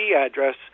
address